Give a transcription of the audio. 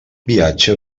viatge